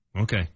Okay